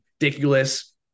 ridiculous